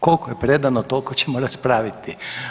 Koliko je predano, toliko ćemo raspraviti.